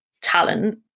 talent